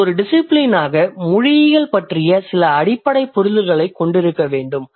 நீங்கள் ஒரு டிசிபிலினாக மொழியியல் பற்றிய சில அடிப்படை புரிதல்களைக் கொண்டிருக்க வேண்டும்